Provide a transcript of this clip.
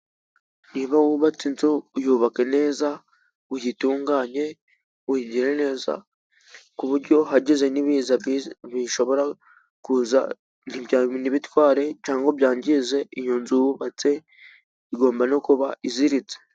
Niba wubatse inzu, yubake neza uyitunganye uyigire neza, ku buryo hageze n'ibiza bishobora kuza ntibiyitware, cyangwa ngo byangize iyo nzu wubatse, igomba no kuba iziritse.